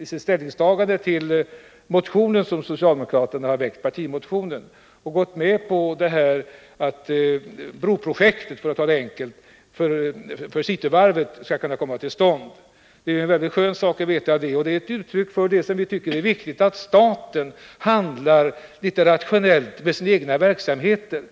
i sitt ställningstagande till ett förslag i den socialdemokratiska partimotionen och gått med på att — för att uttrycka det enkelt — broprojektet vid Cityvarvet kan komma till stånd. Det är en skön sak att veta det. Detta är ett uttryck för det som vi tycker är viktigt — att staten handlar litet rationellt med sina egna verksamheter.